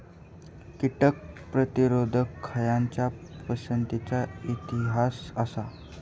कीटक प्रतिरोधक खयच्या पसंतीचो इतिहास आसा?